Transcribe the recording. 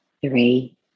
three